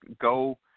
go